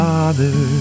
Father